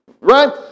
right